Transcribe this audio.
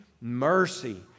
mercy